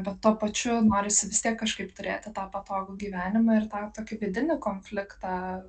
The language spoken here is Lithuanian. bet tuo pačiu norisi kažkaip turėti tą patogų gyvenimą ir tą tokį vidinį konfliktą